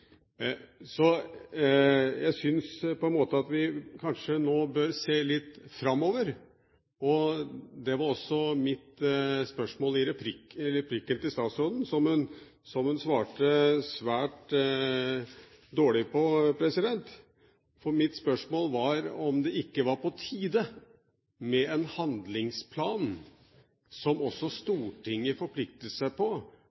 Jeg syns at vi nå kanskje bør se litt framover. Det var også mitt spørsmål til statsråden i replikkvekslingen, som hun svarte svært dårlig på. Mitt spørsmål var om det ikke var på tide med en handlingsplan som også Stortinget forpliktet seg på,